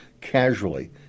casually